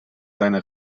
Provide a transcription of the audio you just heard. seine